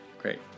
Great